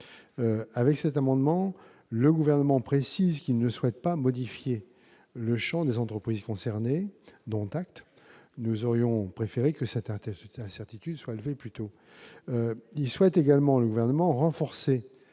Avec cet amendement, le Gouvernement précise qu'il ne souhaite pas modifier le champ des entreprises concernées. Dont acte. Nous aurions préféré que cette incertitude soit levée plus tôt. Le Gouvernement souhaite également renforcer